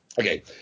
Okay